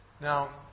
Now